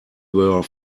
were